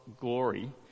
glory